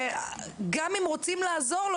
וגם אם רוצים לעזור לו,